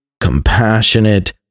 compassionate